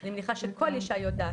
אני בטוחה שכל אישה יודעת.